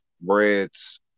breads